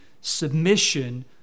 submission